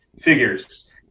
figures